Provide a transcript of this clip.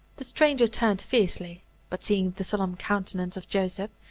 the stranger turned fiercely but, seeing the solemn countenance of joseph,